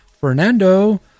Fernando